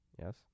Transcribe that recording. Yes